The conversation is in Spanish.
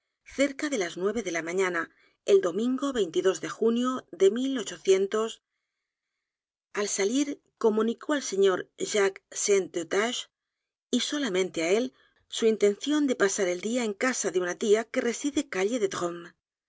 cerca de las nueve de la mañana el domingo de junio de al salir comunicó al señor jacques st eustache y solamente á él su intención de pasar el día en casa de una tía que reside calle de